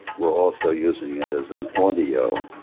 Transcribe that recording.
we're also using it as an audio